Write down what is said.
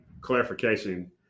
clarification